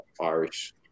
Irish